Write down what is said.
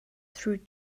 through